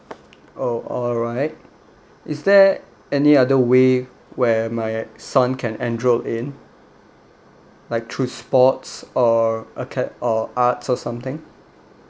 oh alright is there any other way where my son can enroll in like through sports or aca~ or arts or something